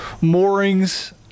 moorings